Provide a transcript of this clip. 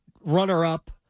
runner-up